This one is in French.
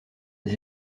des